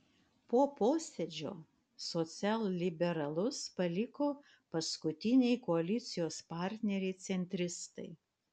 po posėdžio socialliberalus paliko paskutiniai koalicijos partneriai centristai